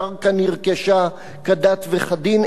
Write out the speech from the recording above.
הקרקע נרכשה כדת וכדין,